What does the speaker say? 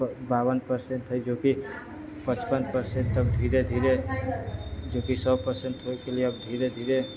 बाबन पर्सेन्ट है जोकि पचपन पर्सेन्ट तक धीरे धीरे जोकि सए पर्सेन्ट होइके लिए अब धीरे धीरे